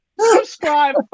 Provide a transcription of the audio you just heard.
Subscribe